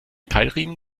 keilriemen